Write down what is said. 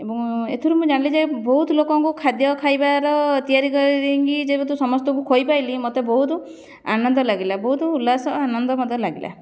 ଏବଂ ଏଥିରୁ ମୁଁ ଜାଣିଲି ଯେ ବହୁତ ଲୋକଙ୍କୁ ଖାଦ୍ୟ ଖାଇବାର ତିଆରି କରିକି ଯେହେତୁ ସମସ୍ତଙ୍କୁ ଖୋଇପାଇଲି ମୋତେ ବହୁତ ଆନନ୍ଦ ଲାଗିଲା ବହୁତ ଉଲ୍ଲାସ ଆନନ୍ଦ ମୋତେ ଲାଗିଲା